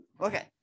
Okay